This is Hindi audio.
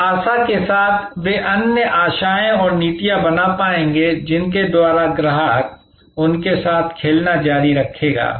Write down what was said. इस आशा के साथ कि वे अन्य आशाएँ और नीतियाँ बना पाएँगे जिनके द्वारा ग्राहक उनके साथ खेलना जारी रखेगा